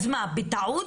אז מה, בטעות?